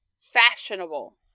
fashionable